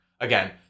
Again